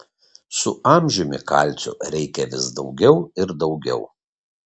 su amžiumi kalcio reikia vis daugiau ir daugiau